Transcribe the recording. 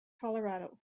colorado